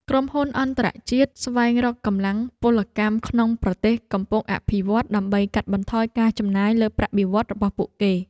ក្រុមហ៊ុនអន្តរជាតិស្វែងរកកម្លាំងពលកម្មក្នុងប្រទេសកំពុងអភិវឌ្ឍន៍ ដើម្បីកាត់បន្ថយការចំណាយលើប្រាក់បៀវត្សរ៍របស់ពួកគេ។